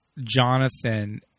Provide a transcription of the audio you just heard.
Jonathan